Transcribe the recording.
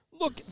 look